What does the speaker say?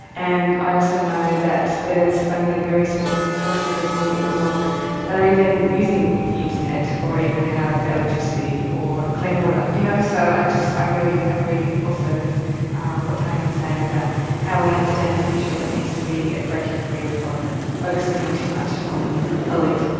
and i also know that there's only a very small proportion of people in the world that are even using the internet, or even have electricity or clean water. you know so i just really agree also with what tony was saying about how we understand the future, it needs to be breaking free from focusing too much on the elite.